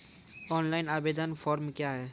Online आवेदन form क्या हैं?